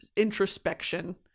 introspection